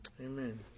amen